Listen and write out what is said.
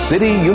City